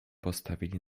postawili